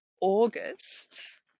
August